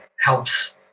helps